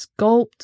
sculpt